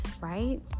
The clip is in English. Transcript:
right